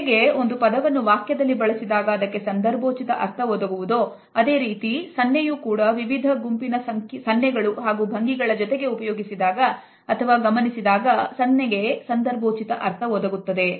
ಹೇಗೆ ಒಂದು ಪದವನ್ನು ವಾಕ್ಯದಲ್ಲಿ ಬಳಸಿದಾಗ ಅದಕ್ಕೆ ಸಂದರ್ಭೋಚಿತ ಅರ್ಥವಾಗುವುದು ಅದೇ ರೀತಿ ತಂದೆಯು ಕೂಡ ವಿವಿಧ ವಿವಿಧ ಗುಂಪಿನ ಸಂಖ್ಯೆಗಳು ಹಾಗೂ ಭಂಗಿಗಳ ಜೊತೆಗೆ ಉಪಯೋಗಿಸಿದಾಗ ಸನ್ನೆಗೆ ಸಂದರ್ಭೋಚಿತ ಅರ್ಥ ಒದಗುತ್ತದೆ